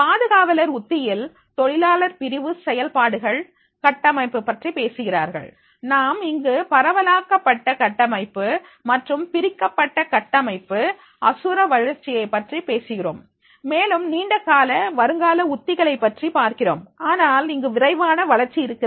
பாதுகாவலர் உத்தியில் தொழிலாளர் பிரிவு செயல்பாடுகள் கட்டமைப்பு பற்றி பேசுகிறார்கள் நாம் இங்கு பரவலாக்கப்பட்ட கட்டமைப்பு மற்றும் பிரிக்கப்பட்ட கட்டமைப்பு அசுர வளர்ச்சி வெற்றியைப் பற்றி பேசுகிறோம் மேலும் நீண்டகால வருங்கால உத்திகள் பற்றியும் பார்க்கிறோம் ஆனால் இங்கு விரைவான வளர்ச்சி இருக்கிறது